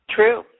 True